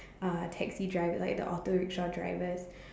uh taxi drivers like the auto rickshaw drivers